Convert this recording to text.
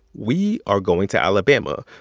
we are going to alabama.